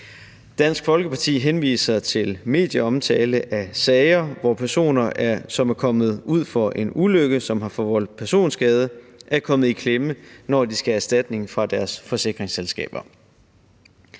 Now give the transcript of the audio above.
Dansk Folkeparti henviser til medieomtale af sager, hvor personer, som er kommet ud for en ulykke, som har forvoldt personskade, er kommet i klemme, når de skal have erstatning fra deres forsikringsselskaber.